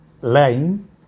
line